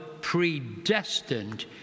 predestined